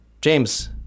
James